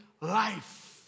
life